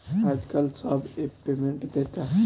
आजकल सब app payment देता